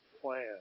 plan